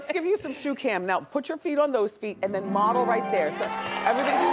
give you some shoe cam. now put your feet on those feet and then model right there so everybody.